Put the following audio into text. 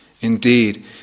Indeed